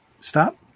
stop